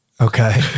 Okay